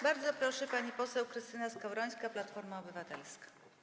Bardzo proszę, pani poseł Krystyna Skowrońska, Platforma Obywatelska.